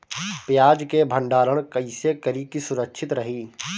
प्याज के भंडारण कइसे करी की सुरक्षित रही?